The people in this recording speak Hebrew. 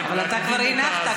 אבל אתה כבר הנחת,